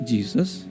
Jesus